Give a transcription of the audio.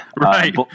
right